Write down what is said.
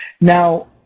Now